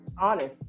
honest